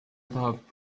tahab